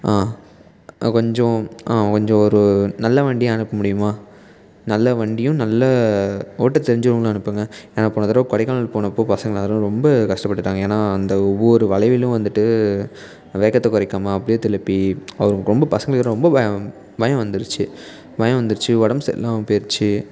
ஆ ஆ கொஞ்சம் ஆ கொஞ்சம் ஒரு நல்ல வண்டியாக அனுப்ப முடியுமா நல்ல வண்டியும் நல்ல ஓட்ட தெரிஞ்சவங்களை அனுப்புங்க ஏன்னா போன தடவை கொடைக்கானல் போனப்போ பசங்க எல்லோரும் ரொம்ப கஷ்டப்பட்டுட்டாங்க ஏன்னா அந்த ஒவ்வொரு வளைவிலும் வந்துட்டு வேகத்தை குறைக்காம அப்டி திருப்பி அவங்களுக்கு ரொம்ப பசங்கங்களுக்கு ரொம்ப பயம் பயம் வந்துடுச்சி பயம் வந்துடுச்சி உடம்பு சரியில்லாமல் போயிடுச்சி